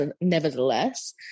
nevertheless